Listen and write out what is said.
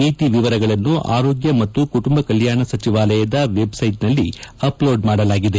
ನೀತಿ ವಿವರಗಳನ್ನು ಆರೋಗ್ಯ ಮತ್ತು ಕುಟುಂಬ ಕಲ್ಯಾಣ ಸಚಿವಾಲಯದ ವೆಬ್ಸೈಟ್ನಲ್ಲಿ ಅಪ್ಲೋಡ್ ಮಾಡಲಾಗಿದೆ